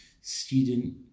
student